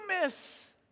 miss